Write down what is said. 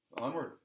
Onward